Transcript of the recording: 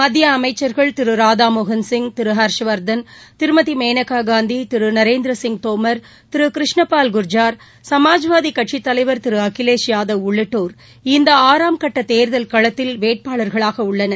மத்தியஅமைச்சர்கள் திருராதாமோகன்சிங் திருஹர்ஷவர்தன் திருமதிமேனகாகாந்தி திருநரேந்திரசிங் தோமர் திருகிருஷ்ணபால் குர்ஜார் சமாஜ்வாதிகட்சித் தலைவர் திருஅகிலேஷ் யாதவ் உள்ளிட்டோா் இந்தஆறாம் கட்டதேர்தல் களத்தில் வேட்பாளர்களாகஉள்ளனர்